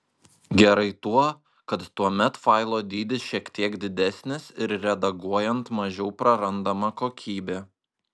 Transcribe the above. gerai tuo kad tuomet failo dydis šiek tiek didesnis ir redaguojant mažiau prarandama kokybė